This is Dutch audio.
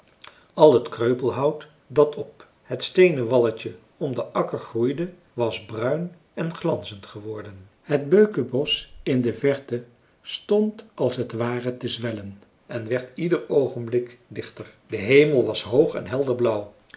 al t kreupelhout dat op het steenen walletje om den akker groeide was bruin en glanzend geworden het beukenbosch in de verte stond als t ware te zwellen en werd ieder oogenblik dichter de hemel was hoog en helder blauw